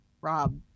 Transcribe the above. Rob